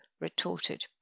retorted